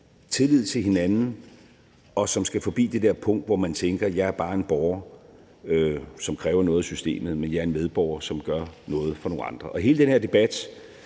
tillid til hinanden, og som skal forbi det der punkt, hvor man tænker, at man bare er en borger, som kræver noget af systemet, og i stedet tænker: Jeg er en medborger, som gør noget for nogle andre. Hele den her debat